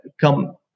come